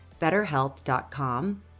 betterhelp.com